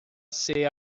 ser